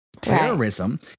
Terrorism